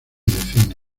cine